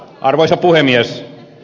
arvoisa puhemies